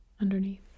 Underneath